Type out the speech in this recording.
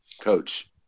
Coach